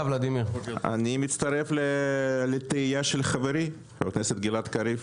אני מצטרף לתהייה של חברי חבר הכנסת גלעד קריב.